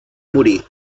morir